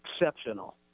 exceptional